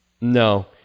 No